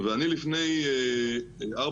ואני לפני ארבע,